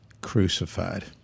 crucified